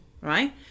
Right